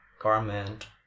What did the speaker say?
garment